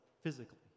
Physically